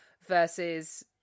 versus